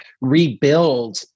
rebuild